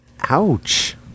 Ouch